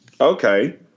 Okay